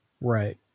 Right